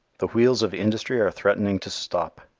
the wheels of industry are threatening to stop.